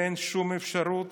ואין שום אפשרות